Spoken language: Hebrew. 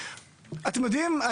אתם יודעים,